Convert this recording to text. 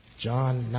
John